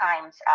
times